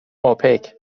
اوپک